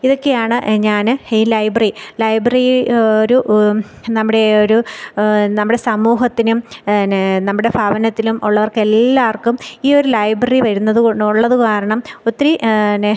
ഇതൊക്കെയാണ് ഞാൻ ഈ ലൈബ്രറി ലൈബ്രറി ഒരു നമ്മുടെ ഒരു നമ്മുടെ സമൂഹത്തിനും ന്നെ നമ്മുടെ ഭവനത്തിലും ഉള്ളവർക്ക് എല്ലാവർക്കും ഈയൊരു ലൈബ്രറി വരുന്നത് ഉള്ളത് കാരണം ഒത്തിരി പിന്നെ